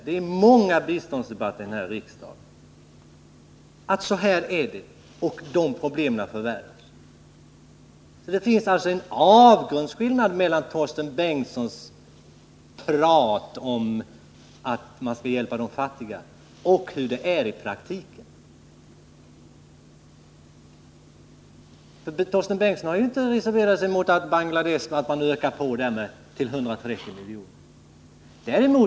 Jag har i många biståndsdebatter i riksdagen påvisat att förhållandena är dessa och att problemen förvärras. Det finns en avgrundsskillnad mellan Torsten Bengtsons prat om att man skall hjälpa de fattiga och förhållandena sådana de är i praktiken. Torsten Bengtson har inte reserverat sig mot att man ökar bidraget till Bangladesh till 130 milj.kr.